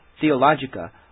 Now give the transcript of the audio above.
Theologica